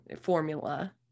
formula